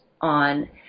on –